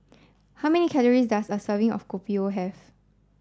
how many calories does a serving of Kopi O have